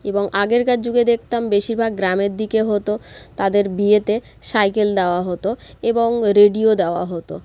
এবং আগেকার যুগে দেখতাম বেশিরভাগ গ্রামের দিকে হতো তাদের বিয়েতে সাইকেল দেওয়া হতো এবং রেডিও দেওয়া হতো